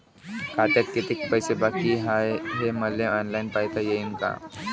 खात्यात कितीक पैसे बाकी हाय हे मले ऑनलाईन पायता येईन का?